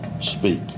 speak